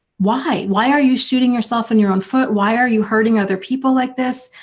why, why are you shooting yourself on your own foot. why are you hurting other people like this?